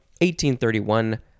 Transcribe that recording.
1831